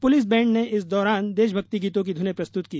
police band ने इस दौरान देश भक्ति गीतों की धुने प्रस्तुत की